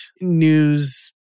news